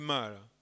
Mara